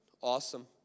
Awesome